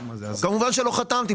כמובן שלא חתמתי.